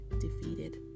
defeated